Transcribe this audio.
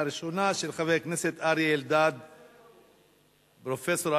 של חבר הכנסת נחמן שי וקבוצת חברים,